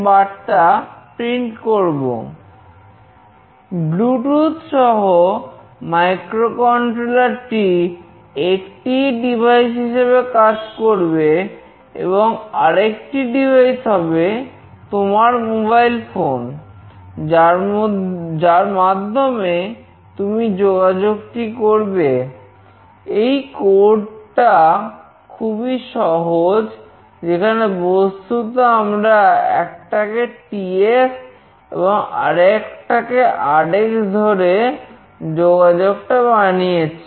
Bluetooth ধরে যোগাযোগটা বানিয়েছি